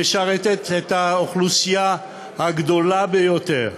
המשרתת את האוכלוסייה הגדולה ביותר,